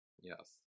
Yes